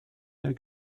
der